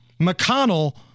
McConnell